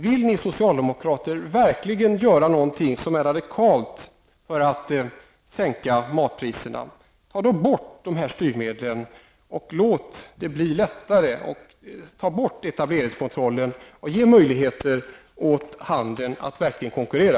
Vill ni socialdemokrater verkligen göra något radikalt för att sänka matpriserna, ta då bort de här styrmedlen och etableringskontrollen och ge handeln möjligheter att verkligen konkurrera.